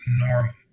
normal